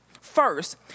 First